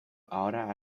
ahora